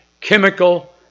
chemical